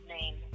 name